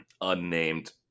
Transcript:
unnamed